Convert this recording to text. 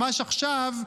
ממש עכשיו,